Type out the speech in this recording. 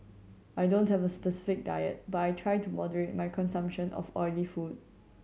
I don't have a specific diet but I try to moderate my consumption of oily food